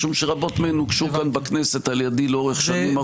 משום שרבות מהן הוגשו כאן בכנסת על ידי לאורך שנים ארוכות.